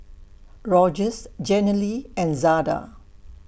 Rogers Jenilee and Zada